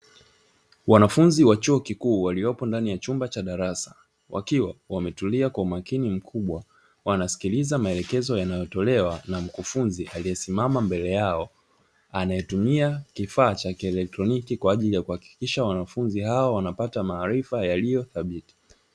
Wanafunzi wa chuo kikuu waliopo ndani ya chumba cha darasa, wakiwa wametulia kwa umakini mkubwa, wanasikiliza maelekezo yanayotolewa na mkufunzi aliyesimama mbele yao, anayetumia kifaa cha kielektroniki kwa ajili ya kuhakikisha wanafunzi hao wanapata maarifa yaliyothabiti.